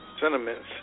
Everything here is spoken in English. sentiments